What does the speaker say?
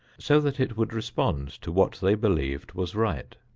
so that it would respond to what they believed was right.